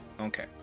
okay